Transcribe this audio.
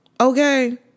Okay